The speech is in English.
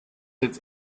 its